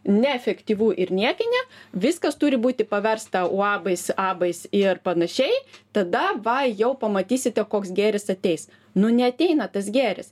neefektyvu ir niekinė viskas turi būti paversta uabais abais ir panašiai tada va jau pamatysite koks gėris ateis nu neateina tas gėris